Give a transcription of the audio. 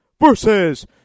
versus